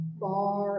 far